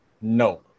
No